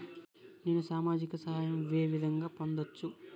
నేను సామాజిక సహాయం వే విధంగా పొందొచ్చు?